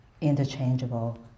interchangeable